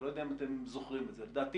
אני לא יודע אם אתם זוכרים את זה - לדעתי